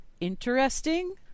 interesting